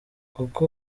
kuko